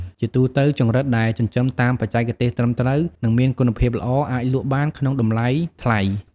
ជាទូទៅ ចង្រិតដែលចិញ្ចឹមតាមបច្ចេកទេសត្រឹមត្រូវ និងមានសុខភាពល្អ អាចលក់បានក្នុងតម្លៃថ្លៃ។